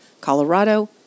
Colorado